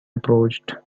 approached